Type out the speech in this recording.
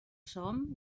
som